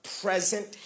present